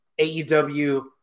AEW